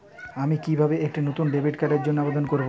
আমি কিভাবে একটি নতুন ডেবিট কার্ডের জন্য আবেদন করব?